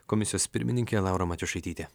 komisijos pirmininkė laura matjošaitytė